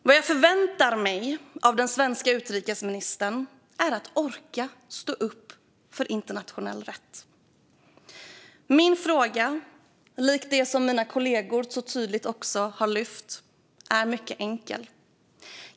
Vad jag förväntar mig av den svenska utrikesministern är att orka stå upp för internationell rätt. Min fråga, likt den som mina kollegor så tydligt också har lyft upp, är mycket enkel.